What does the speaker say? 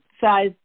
size